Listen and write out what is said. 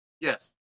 Yes